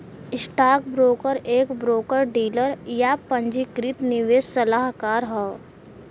stockbroker एक broker dealer, या पंजीकृत निवेश सलाहकार हौ